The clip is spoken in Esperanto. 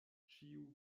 ĉiu